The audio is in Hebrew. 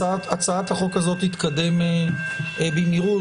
הצעת החוק הזאת תתקדם במהירות,